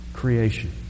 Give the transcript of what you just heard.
Creation